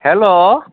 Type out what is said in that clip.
hello